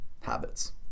habits